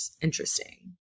interesting